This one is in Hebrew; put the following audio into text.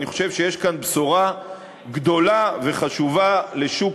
אני חושב שיש כאן בשורה גדולה וחשובה לשוק